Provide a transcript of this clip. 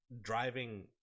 driving